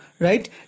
right